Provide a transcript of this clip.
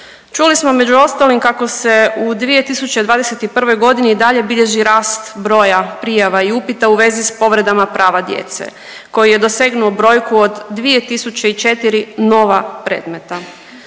Čuli smo među ostalim kako se u 2021. godini i dalje bilježi rast broj prijava i upita u vezi sa povredama prava djece koji je dosegnuo brojku od 2004 nova predmeta.